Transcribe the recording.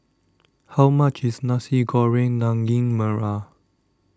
how much is Nasi Goreng Daging Merah